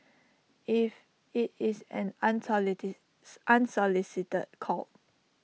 if IT is an unsolicited call